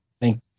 Thank